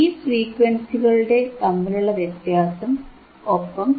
ഈ ഫ്രീക്വൻസികൾ തമ്മിലുള്ള വ്യത്യാസം ഒപ്പം fH fL ഇവതമ്മിലുള്ള വ്യത്യാസം